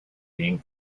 being